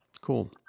Cool